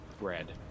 red